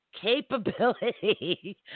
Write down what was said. capability